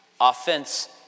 offense